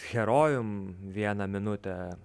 herojum vieną minutę